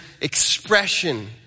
expression